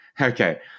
okay